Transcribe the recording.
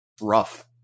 rough